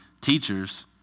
teachers